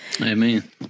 Amen